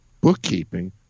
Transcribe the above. bookkeeping